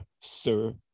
sir